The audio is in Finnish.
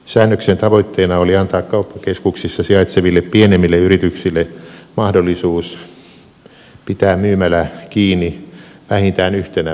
säännöksen tavoitteena oli antaa kauppakeskuksissa sijaitseville pienemmille yrityksille mahdollisuus pitää myymälä kiinni vähintään yhtenä päivänä viikossa